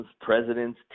presidents